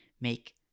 make